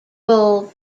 bowl